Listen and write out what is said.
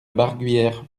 barguillère